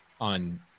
on